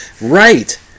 Right